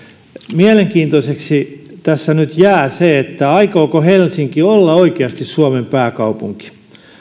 mielenkiintoiseksi tässä nyt jää se aikooko helsinki olla oikeasti suomen pääkaupunki sellainen